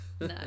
no